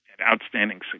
outstanding